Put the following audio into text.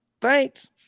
Thanks